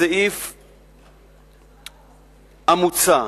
הסעיף המוצע,